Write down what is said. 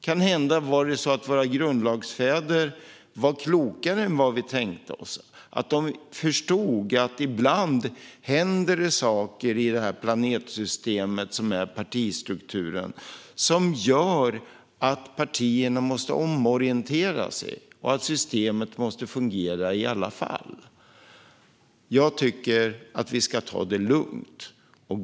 Kanhända var våra grundlagsfäder klokare än vad vi tänker oss och förstod att ibland händer det saker i det planetsystem som partistrukturen är som gör att partierna måste omorientera sig och att systemet måste fungera i alla fall. Jag tycker att vi ska ta det lugnt.